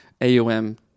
AOM